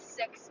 six